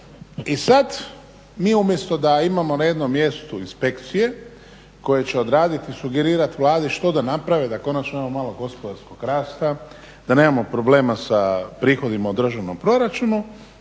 I sad mi umjesto da imamo na jednom mjestu inspekcije koje će odraditi i sugerirati Vladi što da naprave da konačno imamo malo gospodarskog rasta, da nemamo problema sa prihodima u državnom proračunu